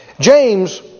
James